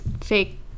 fake